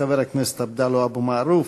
חבר הכנסת עבדאללה אבו מערוף,